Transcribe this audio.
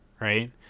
right